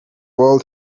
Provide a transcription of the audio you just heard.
world